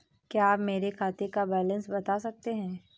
क्या आप मेरे खाते का बैलेंस बता सकते हैं?